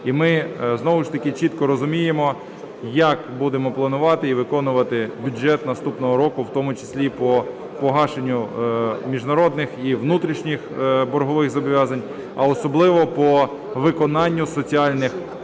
І ми знову ж таки чітко розуміємо, як будемо планувати і виконувати бюджет наступного року, в тому числі по погашенню міжнародних і внутрішніх боргових зобов'язань, а особливо по виконанню соціальних функцій